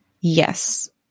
yes